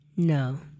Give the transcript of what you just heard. No